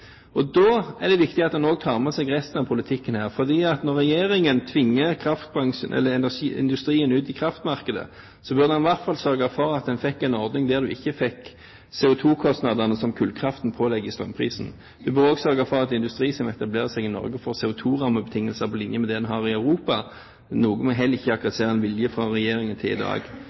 priser. Da er det viktig at en også tar med seg resten av politikken her. For når regjeringen tvinger industrien ut i kraftmarkedet, burde en i hvert fall sørge for at en fikk en ordning der en ikke fikk CO2-kostnadene som kullkraften pålegger strømprisen. En må også sørge for at industri som etablerer seg i Norge, får CO2-rammebetingelser på linje med det en har i Europa, noe vi heller ikke akkurat ser en vilje til fra regjeringen i dag.